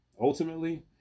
Ultimately